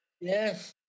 Yes